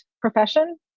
profession